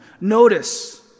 Notice